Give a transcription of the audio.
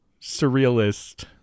surrealist